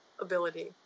ability